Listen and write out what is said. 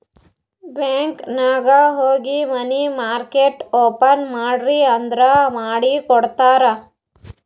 bank ನಾಗ್ ಹೋಗಿ money market open ಮಾಡ್ರಿ ಅಂದುರ್ ಮಾಡಿ ಕೊಡ್ತಾರ್